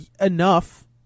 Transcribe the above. Enough